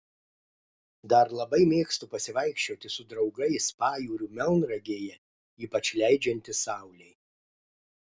dar labai mėgstu pasivaikščioti su draugais pajūriu melnragėje ypač leidžiantis saulei